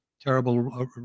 terrible